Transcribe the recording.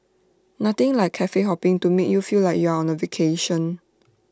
nothing like Cafe hopping to make you feel like you're on A vacation